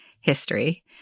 history